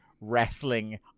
wrestling